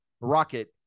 rocket